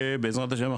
ובעזרת השם,